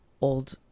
old